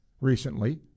recently